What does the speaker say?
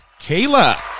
Kayla